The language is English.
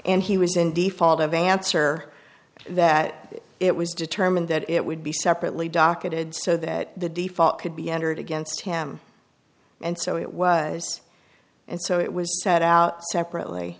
and he was in default of answer that it was determined that it would be separately docketed so that the default could be entered against him and so it was and so it was set out separa